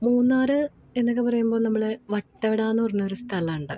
മൂന്നാറ് എന്നൊക്കെ പറയുമ്പോള് നമ്മള് വട്ടവടാന്ന് പറഞ്ഞ ഒരു സ്ഥലമുണ്ട്